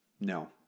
No